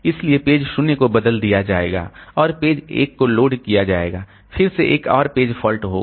इसलिए पेज 0 को बदल दिया जाएगा और पेज एक को लोड किया जाएगा फिर से एक और पेज फॉल्ट होगा